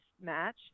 match